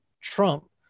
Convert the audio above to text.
Trump